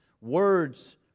words